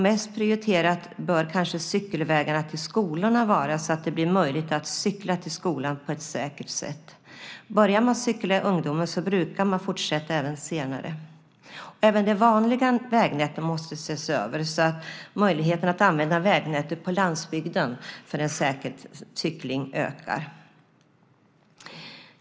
Mest prioriterade bör kanske cykelvägarna till skolorna vara, så att det blir möjligt att cykla till skolan på ett säkert sätt. Börjar man cykla i ungdomen brukar man fortsätta även senare. Även det vanliga vägnätet måste ses över så att möjligheten att använda vägnätet på landsbygden för säker cykling ökar.